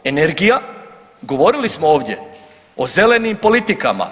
Energija, govorili smo ovdje o zelenim politikama.